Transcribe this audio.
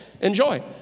enjoy